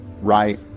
right